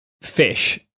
fish